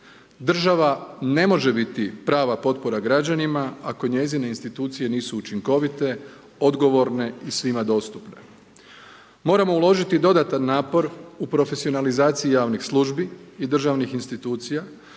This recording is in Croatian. Država ne može biti prava potpora građanima ako njezine institucije nisu učinkovite, odgovorne i svima dostupne. Moramo uložiti dodatan napor u profesionalizaciji javnih službi i državnih institucija